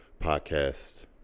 podcast